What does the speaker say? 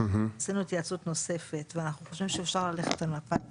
עשינו התייעצות נוספת ואנחנו חושבים שאפשר ללכת על מפת